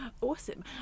Awesome